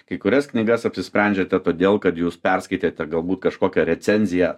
kai kurias knygas apsisprendžiate todėl kad jūs perskaitėte galbūt kažkokią recenziją